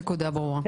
הנקודה ברורה.